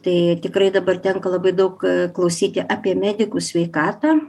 tai tikrai dabar tenka labai daug klausyti apie medikų sveikatą